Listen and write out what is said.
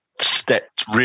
stepped